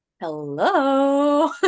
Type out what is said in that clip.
hello